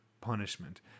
punishment